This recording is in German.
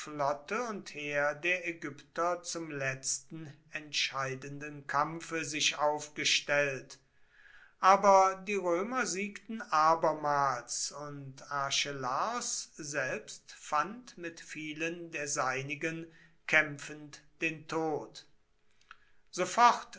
flotte und heer der ägypter zum letzten entscheidenden kampfe sich aufgestellt aber die römer siegten abermals und archelaos selbst fand mit vielen der seinigen kämpfend den tod sofort